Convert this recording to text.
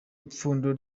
ipfundo